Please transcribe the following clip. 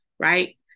right